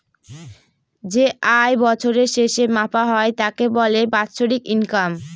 যে আয় বছরের শেষে মাপা হয় তাকে বলে বাৎসরিক ইনকাম